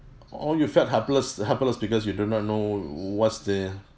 oh you felt helpless helpless because you do not know what's the